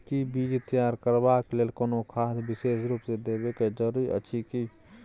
कि बीज तैयार करबाक लेल कोनो खाद विशेष रूप स देबै के जरूरी अछि की?